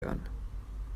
hören